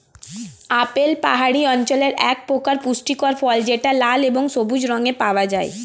apple পাহাড়ি অঞ্চলের একপ্রকার পুষ্টিকর ফল যেটা লাল এবং সবুজ রঙে পাওয়া যায়